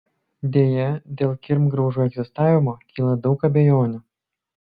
deja dėl kirmgraužų egzistavimo kyla daug abejonių